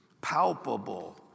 palpable